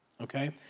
Okay